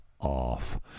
off